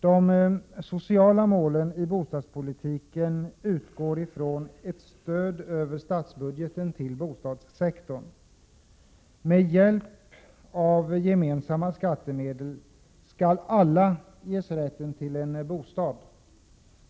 De sociala målen för bostadspolitiken utgår från ett stöd över statsbudgeten till bostadssektorn. Med hjälp av gemensamma skattemedel skall alla ges rätt till en bostad.